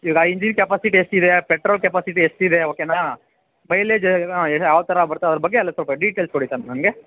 ಈಗ engine capacity ಎಷ್ಟಿದೆ petrol capacity ಎಷ್ಟಿದೆ ಓಕೆನಾ ಮೈಲೇಜ್ ಯಾವ ಥರ ಬರ್ತಾ ಅದರ ಬಗ್ಗೆ ಎಲ್ಲ ಸ್ವಲ್ಪ ಡೀಟೇಲ್ಸ್ ಕೊಡಿ ಸರ್ ನನಗೆ